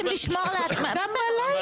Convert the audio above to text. ואתם רוצים לשמור לעצמכם --- ברור, גם בלילה.